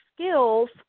skills